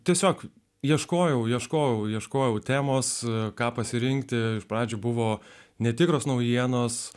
tiesiog ieškojau ieškojau ieškojau temos ką pasirinkti iš pradžių buvo netikros naujienos